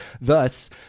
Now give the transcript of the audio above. Thus